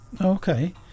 Okay